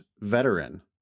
veteran